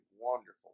wonderful